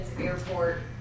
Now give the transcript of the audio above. airport